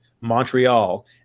montreal